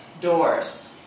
doors